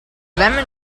lemon